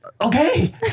Okay